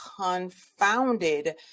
confounded